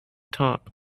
top